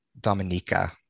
Dominica